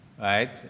Right